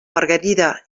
margarida